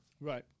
Right